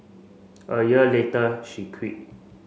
a year later she quit